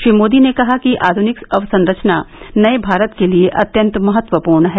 श्री मोदी ने कहा कि आध्रनिक अवसंरचना नए भारत के लिए अत्यंत महत्वपूर्ण है